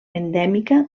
endèmica